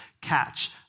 catch